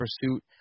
Pursuit